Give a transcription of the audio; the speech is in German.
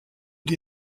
die